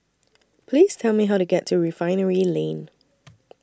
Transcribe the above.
Please Tell Me How to get to Refinery Lane